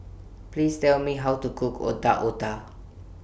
Please Tell Me How to Cook Otak Otak